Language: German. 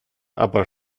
aber